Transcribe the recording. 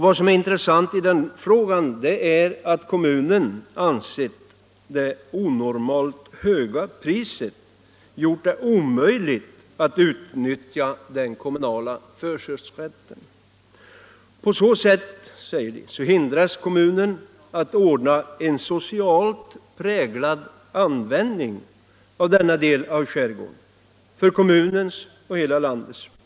Vad som är intressant i det här fallet är att kommunen anser att det onormalt höga priset gjort det omöjligt att utnyttja den kommunala förköpsrätten. På så sätt, säger kommunen, hindras den att ordna en socialt präglad användning av denna del av skärgården. Herr talman!